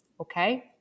Okay